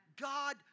God